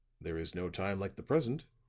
there is no time like the present.